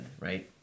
right